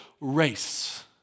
race